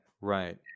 right